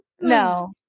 No